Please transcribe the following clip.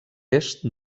est